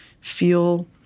feel